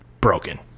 broken